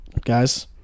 guys